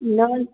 न